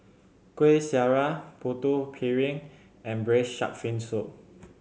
Kuih Syara Putu Piring and Braised Shark Fin Soup